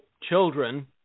children